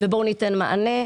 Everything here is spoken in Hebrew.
על כל פנים לא במשמרת שלי,